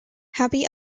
happy